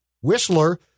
Whistler